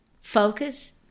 Focus